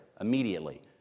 immediately